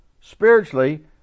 spiritually